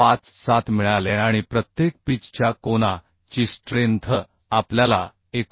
57 मिळालेआणि प्रत्येक पिच च्या कोना ची स्ट्रेंथ आपल्याला 89